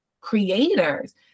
creators